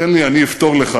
תן לי, אני אפתור לך